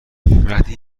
وقتی